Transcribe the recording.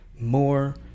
more